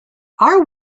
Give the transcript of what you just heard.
are